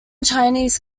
chinese